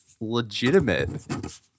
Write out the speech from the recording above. legitimate